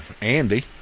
Andy